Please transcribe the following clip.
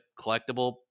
collectible